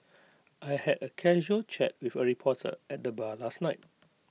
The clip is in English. I had A casual chat with A reporter at the bar last night